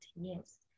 yes